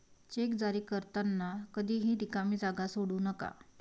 check जारी करताना कधीही रिकामी जागा सोडू नका